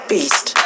Beast